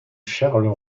charles